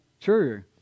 true